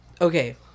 Okay